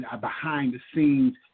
behind-the-scenes